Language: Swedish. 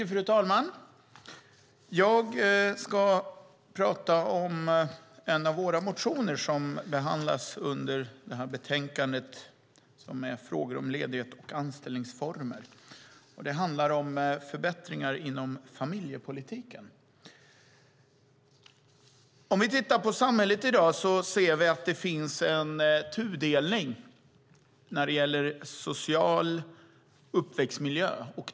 Fru talman! Jag ska tala om en av våra motioner som behandlas i betänkandet Frågor om ledighet och anställningsformer . Det handlar om förbättringar inom familjepolitiken. Om vi tittar på samhället i dag ser vi att det finns en tudelning när det gäller social uppväxtmiljö.